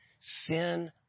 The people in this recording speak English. sin